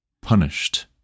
punished